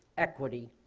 equity,